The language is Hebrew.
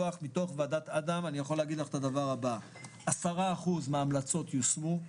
דו"ח ועדת אדם ויצא ש-10% מההמלצות יושמו,